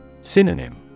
Synonym